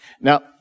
Now